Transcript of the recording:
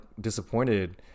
disappointed